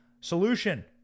solution